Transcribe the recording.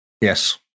yes